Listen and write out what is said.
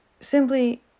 simply